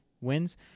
wins